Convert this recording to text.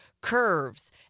curves